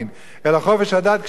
אלא חופש הדת כשההוא,